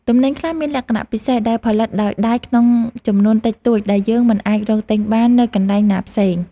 ទំនិញខ្លះមានលក្ខណៈពិសេសដែលផលិតដោយដៃក្នុងចំនួនតិចតួចដែលយើងមិនអាចរកទិញបាននៅកន្លែងណាផ្សេង។